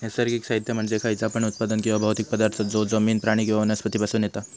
नैसर्गिक साहित्य म्हणजे खयचा पण उत्पादन किंवा भौतिक पदार्थ जो जमिन, प्राणी किंवा वनस्पती पासून येता